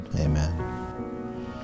Amen